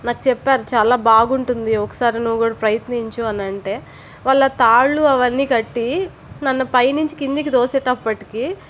నాకు చెప్పారు చాలా బాగుంటుంది ఒకసారి నువ్వు కూడా ప్రయత్నించు అని అంటే వాళ్ళ తాళ్లు అవన్నీ కట్టి నన్ను పైనుంచి కిందికి తోసేటప్పటికి